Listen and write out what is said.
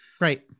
Right